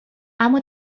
اما